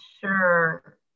sure